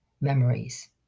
memories